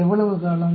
எவ்வளவு காலம்